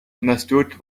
understood